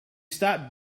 stopped